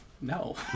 no